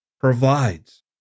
provides